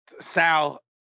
Sal